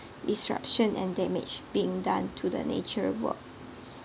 disruption and damage being done to the nature work